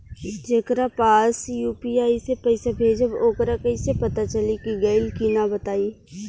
जेकरा पास यू.पी.आई से पईसा भेजब वोकरा कईसे पता चली कि गइल की ना बताई?